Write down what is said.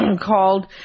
called